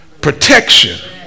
protection